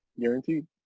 Guaranteed